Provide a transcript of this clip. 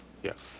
yeah.